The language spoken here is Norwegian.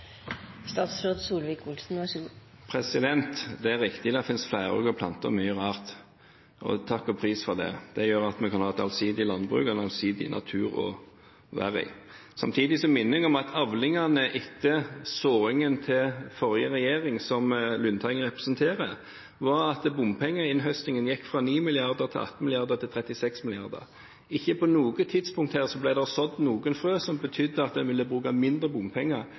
Det er riktig at det fins flerårige planter og mye rart – og takk og pris for det. Det gjør at vi kan ha et allsidig landbruk og en allsidig natur å være i. Samtidig minner jeg om at avlingene etter såingen til forrige regjering, som Lundteigen representerer, var at bompengeinnhøstingen gikk fra 9 mrd. kr, til 18 mrd. kr og opp til 36 mrd. kr. Ikke på noe tidspunkt ble det sådd noen frø som betydde at en ville bruke mindre bompenger,